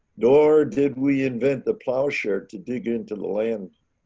nor did we invent the plow share to dig into the land.